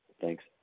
Thanks